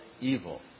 evil